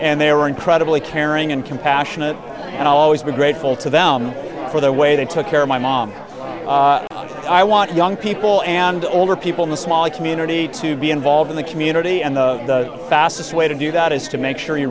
and they were incredibly caring and compassionate and i'll always be grateful to them for the way they took care of my mom i want young people and older people in the small community to be involved in the community and the fastest way to do that is to make sure you